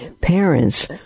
Parents